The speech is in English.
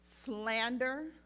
slander